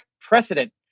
precedent